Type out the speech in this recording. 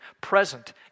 present